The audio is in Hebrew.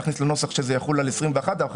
להכניס לנוסח שזה יחול על 21'. אנו